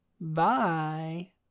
Bye